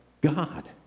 God